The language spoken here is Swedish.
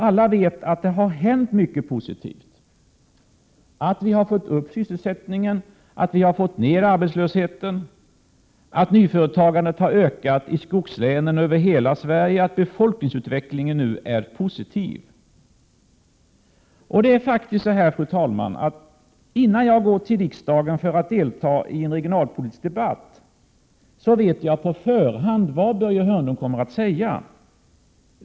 Alla vet att det har hänt mycket positivt, att vi har fått upp sysselsättningen, att vi har fått ner arbetslösheten, att nyföretagandet har ökat i skogslänen i hela Sverige, att befolkningsutvecklingen nu är positiv. Det är faktiskt så, fru talman, att innan jag går till riksdagen för att delta i en regionalpolitisk debatt vet jag på förhand vad Börje Hörnlund kommer att säga.